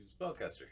Spellcaster